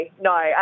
no